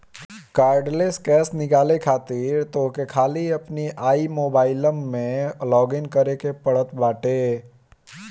cardless cash निकाले खातिर तोहके खाली अपनी आई मोबाइलम में लॉगइन करे के पड़त बाटे